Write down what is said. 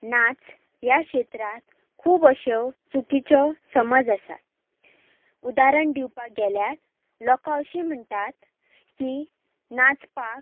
नाच ह्या क्षेत्रांत खूब अश्यो चुकीच्यो समज आसात उदाहरण दिवपाक गेल्यार लोकां अशी म्हणटात की नाचपाक